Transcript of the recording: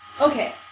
okay